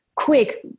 quick